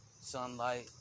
sunlight